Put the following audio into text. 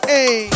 Hey